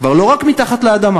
כבר לא רק מתחת לאדמה,